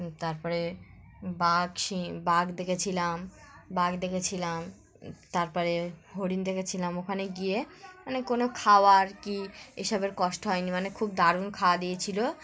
তারপরে বাঘ সিংহ বাঘ দেখেছিলাম বাঘ দেখেছিলাম তারপরে হরিণ দেখেছিলাম ওখানে গিয়ে মানে কোনো খাওয়ার কি এসবের কষ্ট হয়নি মানে খুব দারুণ খাবার দিয়েছিলো